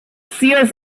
sears